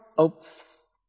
oops